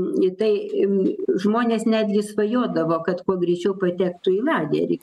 į tai žmonės netgi svajodavo kad kuo greičiau patektų į lagerį